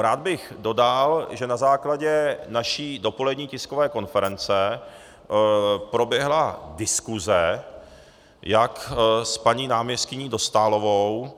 Rád bych dodal, že na základě naší dopolední tiskové konference proběhla diskuse s paní náměstkyní Dostálovou.